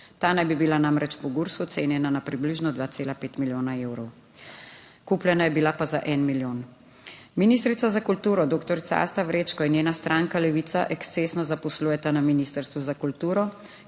Ta naj bi bila namreč po GURS ocenjena na približno 2,5 milijona evrov. Kupljena je bila pa za 1 milijon. Ministrica za kulturo, doktorica Sta Vrečko in njena stranka Levica ekscesno zaposlujeta na Ministrstvu za kulturo,